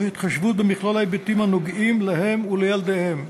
התחשבות במכלול ההיבטים הנוגעים בהם ובילדיהם,